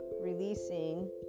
releasing